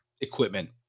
equipment